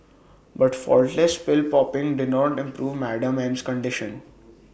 but faultless pill popping did not improve Madam M's condition